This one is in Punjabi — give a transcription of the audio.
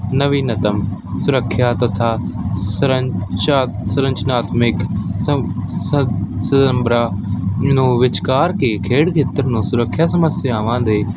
ਨਵੀਨਤਮ ਸੁਰੱਖਿਆ ਤਥਾ ਸਰੰਚਾ ਸਰੰਚਨਾਤਮਿਕ ਸਦੰਬਰਾ ਨੂੰ ਵਿਚਕਾਰ ਕੇ ਖੇਡ ਖੇਤਰ ਨੂੰ ਸੁਰੱਖਿਆ ਸਮੱਸਿਆਵਾਂ ਦੇ